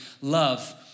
love